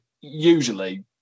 usually